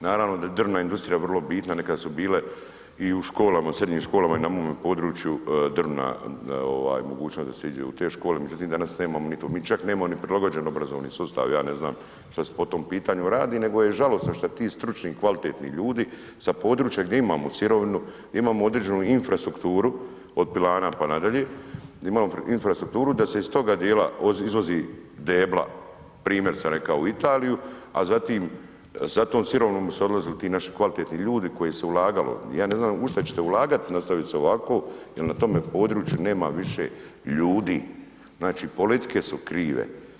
Naravno da je drvna industrija vrlo bitna, nekad su bile i u školama, u srednjim školama i na mome području drvna, ovaj mogućnost da se iđe u te škole, međutim danas nemamo ni to, mi čak nemamo ni prilagođen obrazovni sustav, ja ne znam šta se po tom pitanju radi, nego je žalosno što ti stručni i kvalitetni ljudi sa područja gdje imamo sirovinu, gdje imamo određenu infrastrukturu, od pilana pa nadalje, da imamo infrastrukturu, da se iz toga dijela izvozi debla, primjer sam rekao u Italiju, a zatim za tom sirovinom su odlazili ti naši kvalitetni ljudi u koje se ulagalo, ja ne znam u šta ćete ulagat nastavi li se ovako jel na tome području nema više ljudi, znači politike su krive.